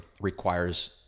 requires